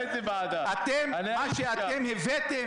את הקרדיט שיש גבולות,